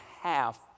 half